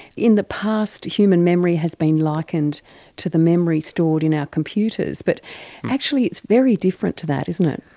in the past, human memory has been likened to the memory stored in our computers, but actually it's very different to that, isn't it.